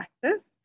practice